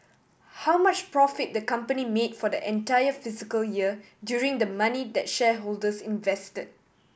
how much profit the company made for the entire fiscal year using the money that shareholders invested